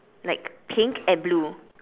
like pink and blue